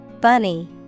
Bunny